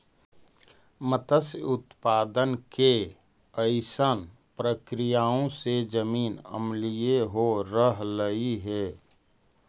मत्स्य उत्पादन के अइसन प्रक्रियाओं से जमीन अम्लीय हो रहलई हे